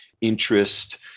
interest